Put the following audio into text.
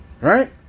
right